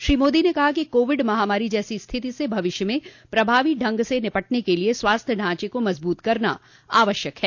श्री मोदी ने कहा कि कोविड महामारी जैसी स्थिति से भविष्य में प्रभावी ढंग से निपटने के लिए स्वास्थ्य ढांचे को मजब्त करना आवश्यक है